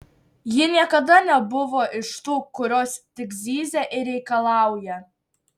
ji niekada nebuvo iš tų kurios tik zyzia ir reikalauja